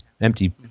empty